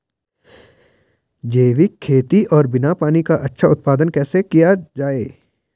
जैविक खेती और बिना पानी का अच्छा उत्पादन कैसे किया जाए?